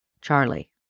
Charlie